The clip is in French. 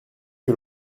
que